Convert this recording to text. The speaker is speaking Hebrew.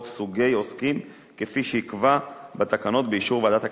סוגי עוסקים כפי שיקבע בתקנות באישור ועדת הכלכלה,